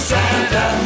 Santa